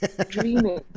Dreaming